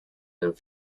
and